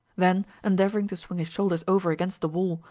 then endeavoring to swing his shoulders over against the wall,